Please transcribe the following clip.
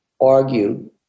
argue